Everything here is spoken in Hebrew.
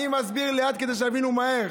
אני מסביר לאט כדי שתבינו מהר.